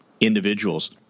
individuals